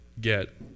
get